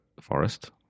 forest